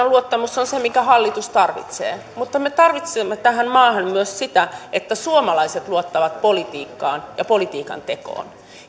luottamus on se minkä hallitus tarvitsee mutta me tarvitsemme tähän maahan myös sitä että suomalaiset luottavat politiikkaan ja politiikantekoon